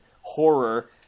horror